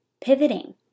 pivoting